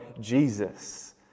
Jesus